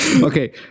Okay